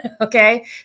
Okay